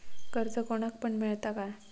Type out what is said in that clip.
कर्ज कोणाक पण मेलता काय?